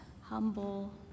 humble